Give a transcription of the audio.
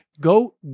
Go